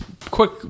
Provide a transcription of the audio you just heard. quick